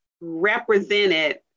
represented